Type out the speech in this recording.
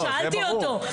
עוד שאלתי אותו.